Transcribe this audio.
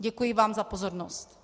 Děkuji vám za pozornost.